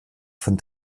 von